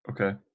Okay